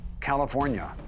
California